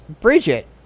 Bridget